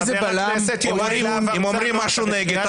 איזה בלם או איזון --- אם אומרים משהו נגד,